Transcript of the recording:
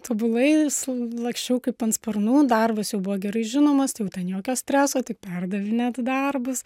tobulai su laksčiau kaip ant sparnų darbas jau buvo gerai žinomas jau ten jokio streso tik perdavinėt darbus